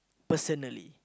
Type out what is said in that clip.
personally